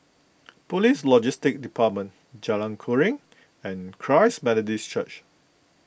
Police Logistics Department Jalan Keruing and Christ Methodist Church